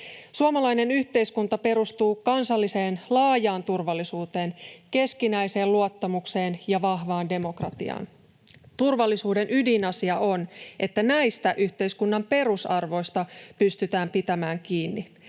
Suomalainen yhteiskunta perustuu kansalliseen laajaan turvallisuuteen, keskinäiseen luottamukseen ja vahvaan demokratiaan. Turvallisuuden ydinasia on, että näistä yhteiskunnan perusarvoista pystytään pitämään kiinni.